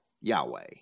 Yahweh